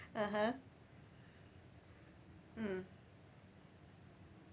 (uh huh) mm